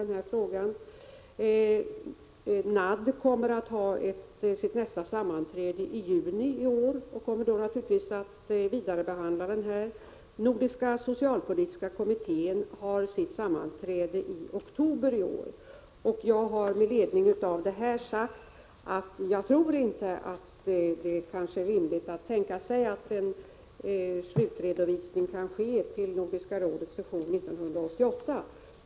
NAD kommer att ha sitt nästa sammanträde i juni i år och kommer då naturligtvis att vidarebehandla ärendet. Nordiska socialpolitiska kommittén har sitt sammanträde i oktober i år, och jag har sagt att jag inte tror att det är rimligt att tänka sig att en slutredovisning kan ske till Nordiska rådets session 1988.